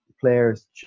players